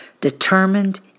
determined